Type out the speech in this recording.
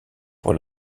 pour